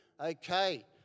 okay